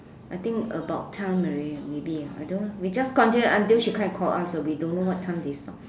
I think about time already maybe ah I don't know we just continue until she come and call us or we don't know what time they stop